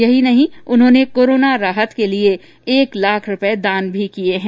यही नहीं उन्होंने कोरोना राहत के लिए एक लाख रूपये दान भी किये है